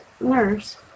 nurse